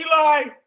Eli